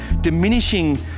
diminishing